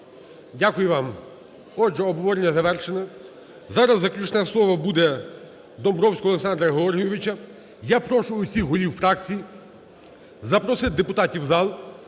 Дякую вам. Отже, обговорення завершене. Зараз заключне слово буде Домбровського Олександра Георгійовича. Я прошу всіх голів фракцій запросити депутатів у зал,